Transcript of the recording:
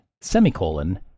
semicolon